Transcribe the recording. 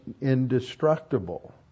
indestructible